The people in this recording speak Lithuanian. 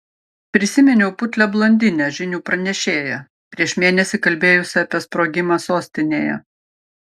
prisiminiau putlią blondinę žinių pranešėją prieš mėnesį kalbėjusią apie sprogimą sostinėje